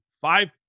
five